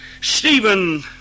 Stephen